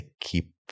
keep